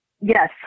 Yes